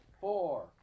four